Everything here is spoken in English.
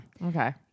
Okay